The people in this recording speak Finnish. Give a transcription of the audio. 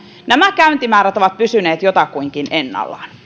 nämä käyntimäärät ovat pysyneet jotakuinkin ennallaan